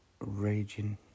raging